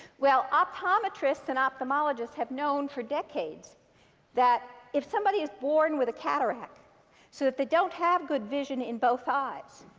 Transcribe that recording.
well, optometrists and ophthalmologists have known for decades that if somebody is born with a cataract so that they don't have good vision in both eyes,